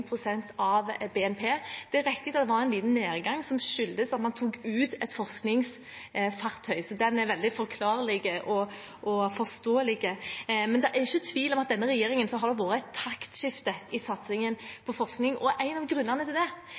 pst. av BNP. Det er riktig at det har vært en liten nedgang, som skyldes at man tok ut et forskningsfartøy – det er forklarlig og forståelig. Men det er ingen tvil om at under denne regjeringen har det vært et taktskifte i satsingen på forskning. En av grunnene til det